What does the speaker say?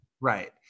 Right